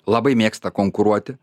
labai mėgsta konkuruoti